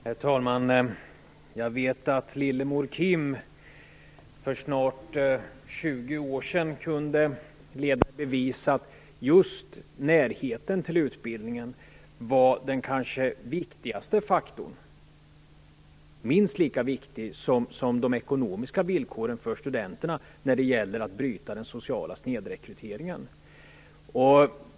Herr talman! Jag vet att Lillemor Kim för snart 20 år sedan kunde leda i bevis att just närheten till utbildningen för studenterna var en minst lika viktig faktor som ekonomin när det gällde att bryta den sociala snedrekryteringen.